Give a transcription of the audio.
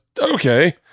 Okay